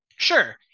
sure